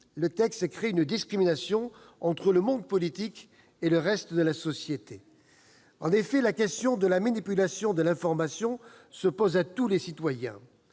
le texte crée une discrimination entre le monde politique et le reste de la société. En effet, la question de la manipulation de l'information se pose à tous les citoyens.